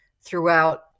throughout